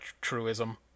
truism